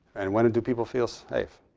and when do people feel safe?